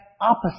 opposite